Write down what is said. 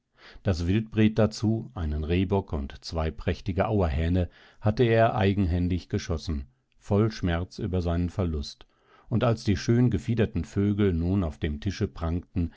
das wildbret dazu einen rehbock und zwei prächtige auerhähne hatte er eigenhändig geschossen voll schmerz über seinen verlust und als die schön gefiederten vögel nun auf dem tische prangten